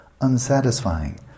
unsatisfying